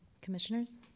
commissioners